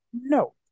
No